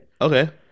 Okay